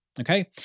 Okay